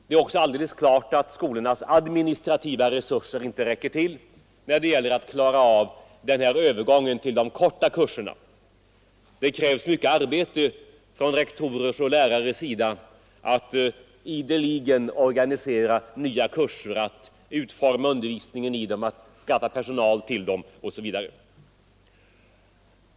Det är också alldeles klart att skolornas administrativa resurser inte räcker till när det gäller att klara av övergången till de kortare kurserna. Det krävs mycket arbete av rektorer för att ideligen organisera nya kurser, utforma undervisningen i dem, skaffa personal till dem osv.